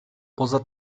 poza